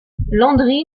landry